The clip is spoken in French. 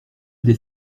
des